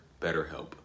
BetterHelp